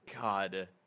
God